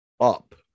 up